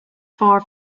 far